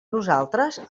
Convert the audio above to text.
nosaltres